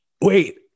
wait